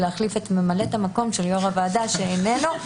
להחליף את ממלאת המקום של יושב ראש הוועדה שאיננו?